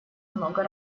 много